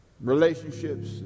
relationships